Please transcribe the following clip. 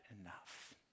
enough